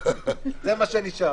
זה מה שנשאר.